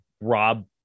rob